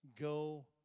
go